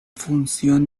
función